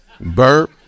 Burp